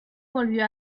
volvió